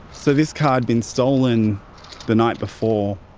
so this car had been stolen the night before,